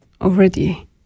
already